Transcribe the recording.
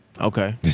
Okay